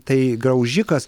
tai graužikas